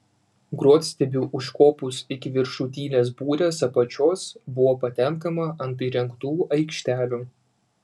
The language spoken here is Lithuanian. grotstiebiu užkopus iki viršutinės burės apačios buvo patenkama ant įrengtų aikštelių